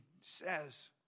says